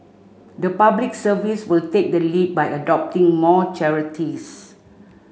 the Public Service will take the lead by adopting more charities